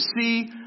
see